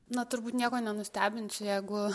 na turbūt nieko nenustebinsiu jeigu